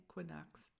equinox